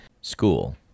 school